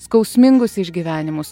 skausmingus išgyvenimus